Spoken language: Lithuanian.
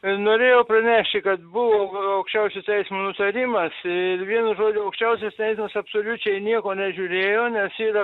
norėjau pranešti kad buvau aukščiausias teismo nutarimas ir vienu žodžiu aukščiausias teismas absoliučiai nieko nežiūrėjo nes yra